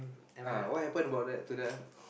uh what happen about that to that ah